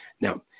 Now